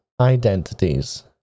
identities